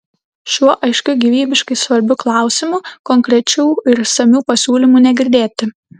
šiuo aiškiu gyvybiškai svarbiu klausimu konkrečių ir išsamių pasiūlymų negirdėti